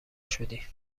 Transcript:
شدی